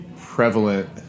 prevalent